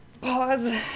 pause